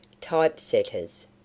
typesetters